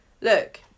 look